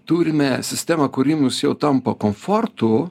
turime sistemą kuri mus jau tampa komfortu